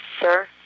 Sir